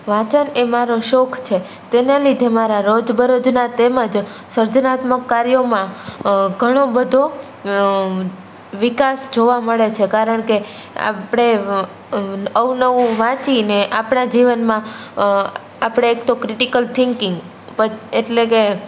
વાંચન એ મારો શોખ છે તેને લીધે મારાં રોજબરોજનાં તેમજ સર્જનાત્મક કાર્યોમાં ઘણો બધો વિકાસ જોવા મળે છે કારણ કે આપણે અવનવું વાંચીને આપણાં જીવનમાં આપણે એક તો ક્રિટિકલ થિંકિંગ એટલે કે